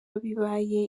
bibaye